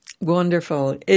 Wonderful